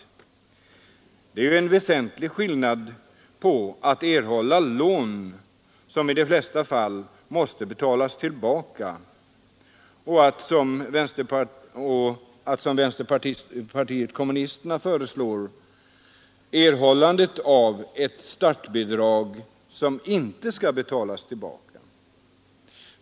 Det är en väsentlig skillnad mellan att erhålla lån, som i de flesta fall måste betalas tillbaka, och att — som vänsterpartiet kommunisterna har föreslagit — erhålla ett startbidrag, som inte skall betalas tillbaka.